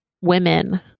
Women